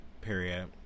period